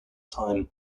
time